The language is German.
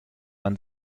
man